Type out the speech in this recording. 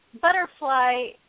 butterfly